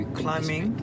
climbing